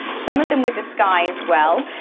some of them were disguised well,